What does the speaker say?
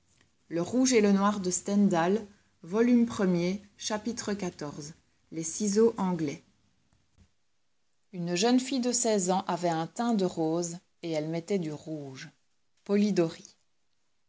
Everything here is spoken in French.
chapitre xiv les ciseaux anglais une jeune fille de seize ans avait un teint de rose et elle mettait du rouge polidori